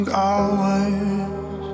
hours